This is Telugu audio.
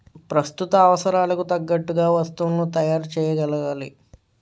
ప్రస్తుత అవసరాలకు తగ్గట్టుగా వస్తువులను తయారు చేయగలగాలి